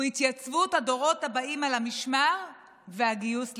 התייצבות הדורות הבאים על המשמר והגיוס לצה"ל.